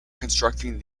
constructing